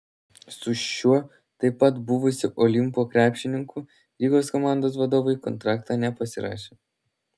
su šiuo taip pat buvusiu olimpo krepšininku rygos komandos vadovai kontrakto nepasirašė